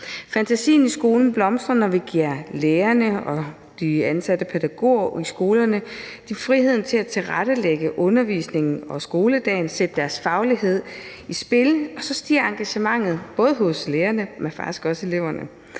Fantasien i skolen blomstrer, når vi giver lærerne og de ansatte pædagoger i skolerne friheden til at tilrettelægge undervisningen og skoledagen og sætte deres faglighed i spil. Så stiger engagementet, både hos lærerne, men faktisk også hos eleverne.